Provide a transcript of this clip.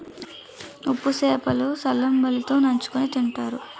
ఉప్పు సేప లు సల్లంబలి తో నంచుకుని తింతారు